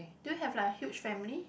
do you have like a huge family